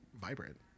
vibrant